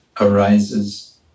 arises